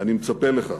ואני מצפה לכך.